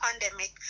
pandemic